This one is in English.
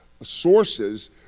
sources